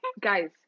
guys